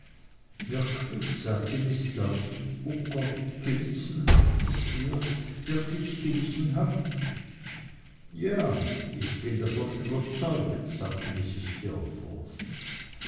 wirklich sagte miß dartle o gott gewissenhaft ist er wirklich gewissenhaft ja ich bin davon überzeugt sagte mrs